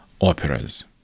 operas